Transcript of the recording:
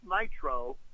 Nitro